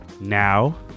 Now